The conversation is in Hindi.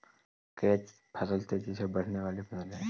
कैच फसल तेजी से बढ़ने वाली फसल है